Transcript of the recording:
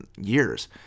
years